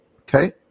Okay